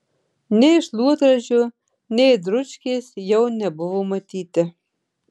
nei šluotražio nei dručkės jau nebuvo matyti